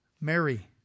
Mary